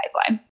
pipeline